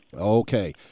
Okay